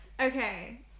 Okay